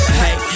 hey